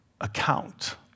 account